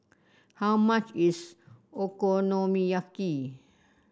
how much is Okonomiyaki